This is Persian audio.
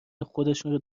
خودشون